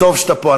טוב שאתה פה.